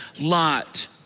lot